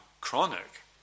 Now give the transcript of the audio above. chronic